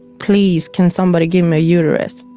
please can somebody give me a uterus.